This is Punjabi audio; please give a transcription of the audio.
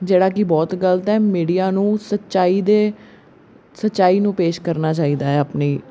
ਜਿਹੜਾ ਕਿ ਬਹੁਤ ਗਲਤ ਹੈ ਮੀਡੀਆ ਨੂੰ ਸੱਚਾਈ ਦੇ ਸੱਚਾਈ ਨੂੰ ਪੇਸ਼ ਕਰਨਾ ਚਾਹੀਦਾ ਹੈ ਆਪਣੀਆਂ